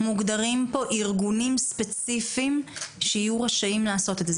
-- מוגדרים פה ארגונים ספציפיים שיהיו רשאים לעשות את זה.